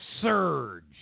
surge